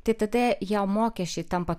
tai tada jo mokesčiai tampa